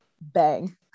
Bang